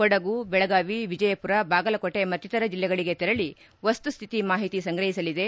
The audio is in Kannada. ಕೊಡಗು ಬೆಳಗಾವಿ ವಿಜಯಪುರ ಬಾಗಲಕೋಟೆ ಮತ್ತಿತರ ಜಿಲ್ಲೆಗಳಿಗೆ ತೆರಳಿ ವಸ್ತುಸ್ಥಿತಿ ಮಾಹಿತಿ ಸಂಗ್ರಹಿಸಲಿದೆ